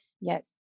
yes